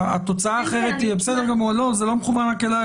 זה לא מכוון רק אלייך.